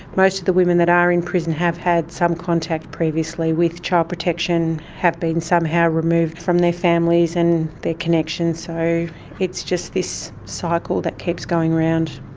most of the women that are in prison have had some contact previously with child protection, have been somehow removed from their families and their connections, so it's just this cycle that keeps going around.